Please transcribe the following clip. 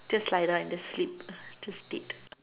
just lie down and sleep just dead